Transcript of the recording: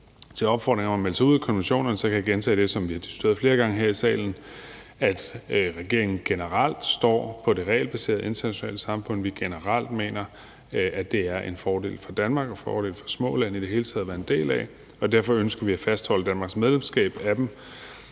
til opfordringen om at melde sig ud af konventionerne kan jeg gentage det, som vi også har diskuteret flere andre gange her i salen, altså at regeringen generelt står fast på det regelbaserede internationale samfund, og at vi generelt mener, at det er en fordel for Danmark og en fordel for små lande i det hele taget at være en del af det, og at vi derfor ønsker at fastholde Danmarks medlemskab af dem.